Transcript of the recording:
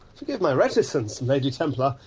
forgive my reticence, lady templar.